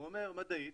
הוא אומר מדעית,